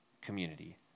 community